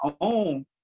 own